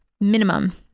minimum